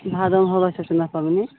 भादोमे होबऽ हइ पाबनि